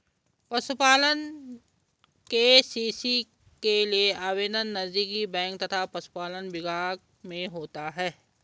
पशुपालन के.सी.सी के लिए आवेदन नजदीकी बैंक तथा पशुपालन विभाग में होता है